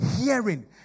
hearing